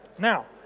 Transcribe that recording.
now,